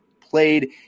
played